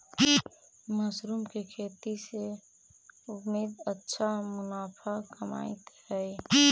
mushroom के खेती से उद्यमी अच्छा मुनाफा कमाइत हइ